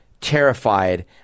terrified